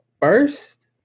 first